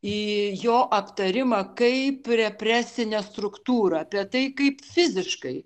į jo aptarimą kaip represinę struktūrą apie tai kaip fiziškai